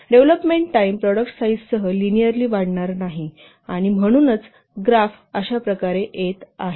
development time product साईजसह linearly वाढणार नाही आणि म्हणूनच ग्राफ अशा प्रकारे येत आहे